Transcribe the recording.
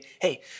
hey